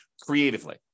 creatively